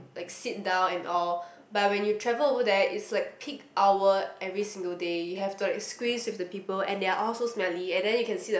like seat down and all but when you travel over there it's like peak hour every single day you have to like squeeze with the people and they are all so smelly and then you can see the